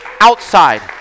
Outside